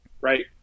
right